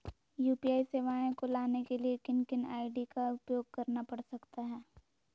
UPI सेवाएं को लाने के लिए किन किन आई.डी का उपयोग करना पड़ सकता है?